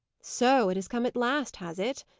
so! it has come at last, has it?